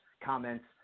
comments